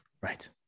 Right